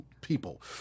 people